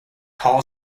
hall